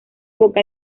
poca